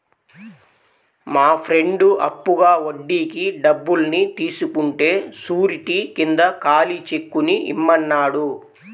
మా ఫ్రెండు అప్పుగా వడ్డీకి డబ్బుల్ని తీసుకుంటే శూరిటీ కింద ఖాళీ చెక్కుని ఇమ్మన్నాడు